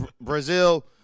Brazil